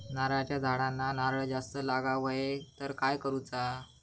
नारळाच्या झाडांना नारळ जास्त लागा व्हाये तर काय करूचा?